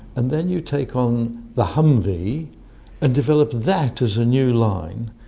and then you take on the humvee and develop that as a new line,